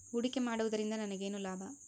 ಹೂಡಿಕೆ ಮಾಡುವುದರಿಂದ ನನಗೇನು ಲಾಭ?